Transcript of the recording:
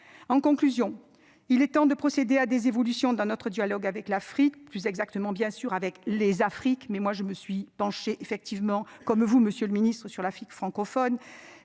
En conclusion, il est temps de procéder à des évolutions dans notre dialogue avec l'Afrique, plus exactement bien sûr avec les Afrique mais moi je me suis penché effectivement comme vous Monsieur le Ministre sur l'Afrique francophone,